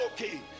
okay